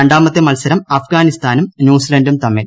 രണ്ടാമത്തെ മത്സരം ്രിഅഫ്മ്ഗാനിസ്ഥാനും ന്യൂസിലാന്റും തമ്മിൽ